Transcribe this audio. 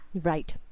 Right